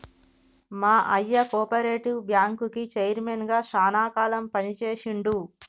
మా అయ్య కోపరేటివ్ బ్యాంకుకి చైర్మన్ గా శానా కాలం పని చేశిండు